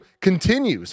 continues